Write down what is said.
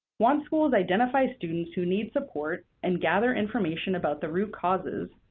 once schools identify students who need support and gather information about the root causes,